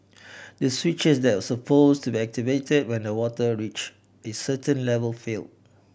the switches that supposed activated when the water reached a certain level failed